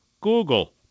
Google